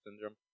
syndrome